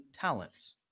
talents